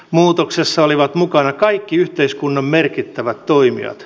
muutoksessa olivat mukana kaikki yhteiskunnan merkittävät toimijat